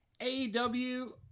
AEW